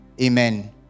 Amen